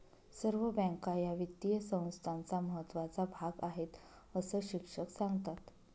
सर्व बँका या वित्तीय संस्थांचा महत्त्वाचा भाग आहेत, अस शिक्षक सांगतात